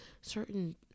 certain